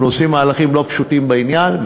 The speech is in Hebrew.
אנחנו עושים מהלכים לא פשוטים בעניין,